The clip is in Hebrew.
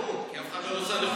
ברור, כי אף אחד לא נוסע לחו"ל.